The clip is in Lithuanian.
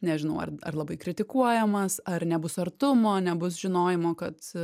nežinau ar ar labai kritikuojamas ar nebus artumo nebus žinojimo kad